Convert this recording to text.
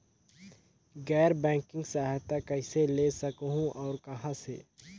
गैर बैंकिंग सहायता कइसे ले सकहुं और कहाँ से?